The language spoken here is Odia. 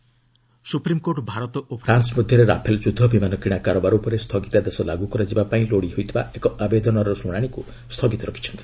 SC Rafale fighter supreme court Bharat ଓ ଫ୍ରାନ୍ସ ମଧ୍ୟରେ ରାଫେଲ୍ ଯୁଦ୍ଧ ବିମାନ କିଣା କାରବାର ଉପରେ ସ୍ଥଗିତାଦେଶ ଲାଗ୍ର କରାଯିବା ପାଇଁ ଲୋଡ଼ି ହୋଇଥିବା ଏକ ଆବେଦନର ଶୁଣାଶିକୁ ସ୍ଥଗିତ ରଖିଛନ୍ତି